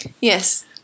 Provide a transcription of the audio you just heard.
Yes